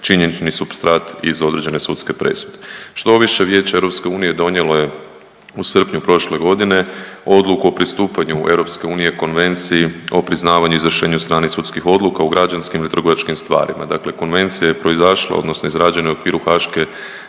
činjenični supstrat iz određene sudske presude. Štoviše, Vijeće EU donijelo je u srpnju prošle godine odluku o pristupanju EU Konvenciji o priznavanju i izvršenju stranih sudskih odluka u građanskim i u trgovačkim stvarima, dakle konvencija je proizašla odnosno izrađena je u okviru Haške